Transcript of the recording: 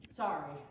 sorry